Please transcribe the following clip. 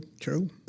true